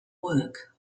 work